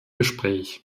gespräch